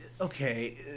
okay